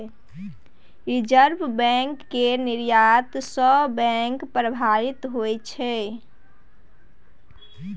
reserve bank केर निर्णय सँ बैंक प्रभावित होइ छै